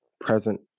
present